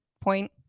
point